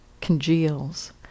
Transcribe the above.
congeals